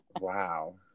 wow